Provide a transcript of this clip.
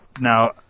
Now